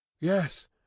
Yes